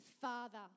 Father